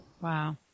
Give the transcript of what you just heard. Wow